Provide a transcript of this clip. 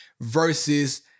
versus